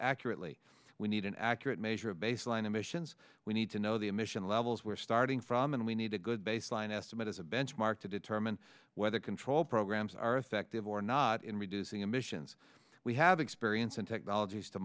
accurately we need an accurate measure of baseline emissions we need to know the emission levels we're starting from and we need a good baseline estimate as a benchmark to determine whether control programs are effective or not in reducing emissions we have experience in technologies to